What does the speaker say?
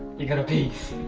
you got a piece.